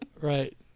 Right